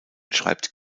schreibt